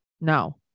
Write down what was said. no